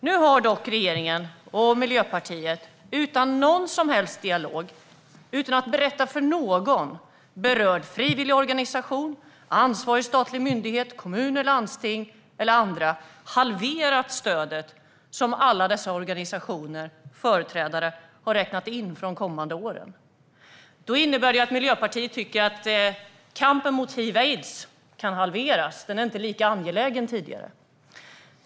Nu har regeringen och Miljöpartiet utan någon som helst dialog - utan att berätta för någon av de berörda frivilligorganisationerna, för ansvarig statlig myndighet, för kommuner och landsting eller för andra - halverat det stöd som alla dessa organisationer och företrädare har räknat med för de kommande åren. Det innebär att Miljöpartiet tycker att kampen mot hiv/aids kan halveras. Den är inte lika angelägen som tidigare.